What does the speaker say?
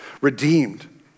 redeemed